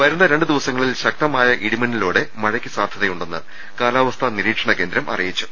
വരുന്ന രണ്ടു ദിവസങ്ങളിൽ ശക്തമായ ഇടിമിന്നലോടുകൂടിയ മഴയ്ക്ക് സാധ്യതയുണ്ടെന്ന് കാലാവസ്ഥാ നിരീക്ഷണകേന്ദ്രം അറിയിച്ചു